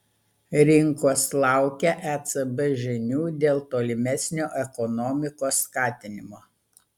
rinkos laukia ecb žinių dėl tolimesnio ekonomikos skatinimo